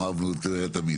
אנחנו אהבנו תמיד.